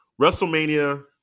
WrestleMania